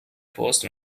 post